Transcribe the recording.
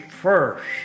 first